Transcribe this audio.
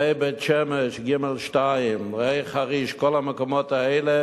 ראה בית-שמש ג2, ראה חריש, כל המקומות האלה